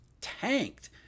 tanked